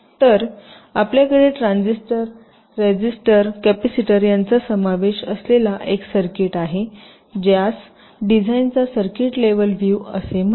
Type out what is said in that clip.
तर आपल्याकडे transistor resistor capacitor यांचा समावेश असलेला एक सर्किट आहे ज्यास डिझाइनचा सर्किट लेव्हल व्ह्यू असे म्हणतात